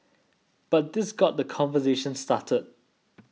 but this got the conversation started